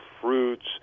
fruits